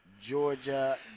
Georgia